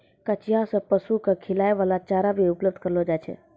कचिया सें पशु क खिलाय वाला चारा भी उपलब्ध करलो जाय छै